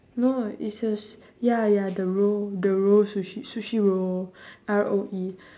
no is a s~ ya ya the roe the roe sushi sushi roe R O E